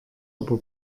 aber